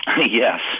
yes